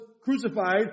crucified